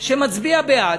שמצביע בעד,